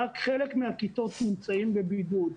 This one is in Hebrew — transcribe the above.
רק חלק מהכיתות נמצאות בבידוד.